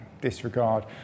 disregard